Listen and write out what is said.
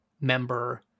member